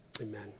Amen